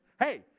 Hey